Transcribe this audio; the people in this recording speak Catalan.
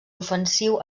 ofensiu